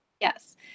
Yes